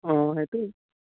অঁ সেইটোৱে